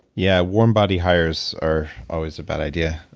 yeah. warm body hires are always a bad idea.